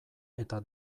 eta